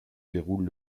déroule